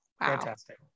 fantastic